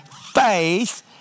faith